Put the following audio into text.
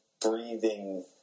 breathing